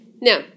Now